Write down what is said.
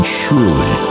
surely